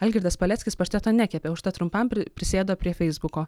algirdas paleckis pašteto nekepė užtat trumpam prisėdo prie feisbuko